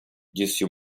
disse